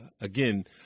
again